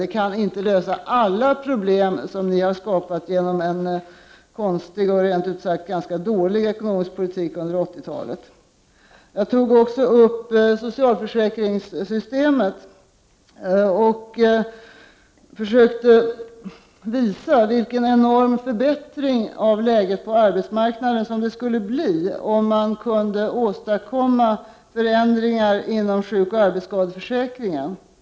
Vi kan inte lösa alla problem som ni har skapat genom en konstig och rent ut sagt ganska dålig ekonomisk politik under 1980-talet. Jag tog också upp socialförsäkringssystemet. Jag försökte visa vilken enorm förbättring av läget på arbetsmarknaden det skulle bli om man kunde åstadkomma förändringar inom sjukoch arbetsskadeförsäkringen.